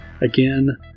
Again